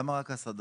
למה רק הסעדה?